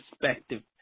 perspective